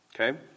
okay